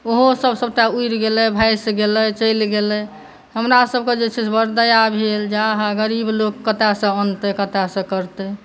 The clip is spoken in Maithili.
ओहो सभ सभटा उड़ि गेलै भसि गेलै चलि गेलै हमरा सभके जे छै से बड़ दया भेल जे अहाहा गरीब लोक छै कतऽ सँ अनतै कतऽ सँ करतै